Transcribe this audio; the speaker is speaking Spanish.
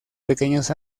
pequeños